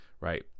right